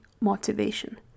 motivation